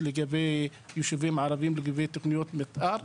לגבי יישובים ערבים בנושא תוכניות מתאר,